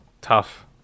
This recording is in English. Tough